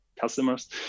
customers